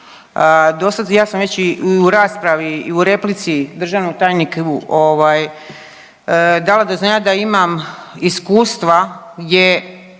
dosad, ja sam već i u raspravi i u replici državnom tajniku ovaj dala do znanja da imam iskustva gdje